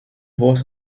was